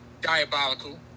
diabolical